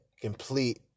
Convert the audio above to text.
complete